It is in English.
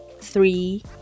three